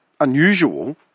unusual